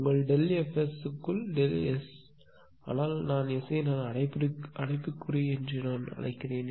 உங்கள் Δf க்குள் S ஆனால் S ஐ நான் அடைப்புக்குறி என்று அழைக்கிறேன்